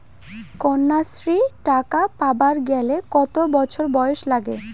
কন্যাশ্রী টাকা পাবার গেলে কতো বছর বয়স লাগে?